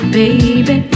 baby